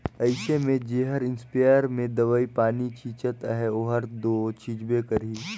अइसे में जेहर इस्पेयर में दवई पानी छींचत अहे ओहर दो छींचबे करही